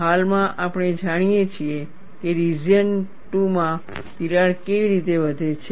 હાલમાં આપણે જાણીએ છીએ કે રિજિયન 2 માં તિરાડ કેવી રીતે વધે છે